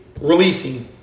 releasing